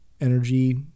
energy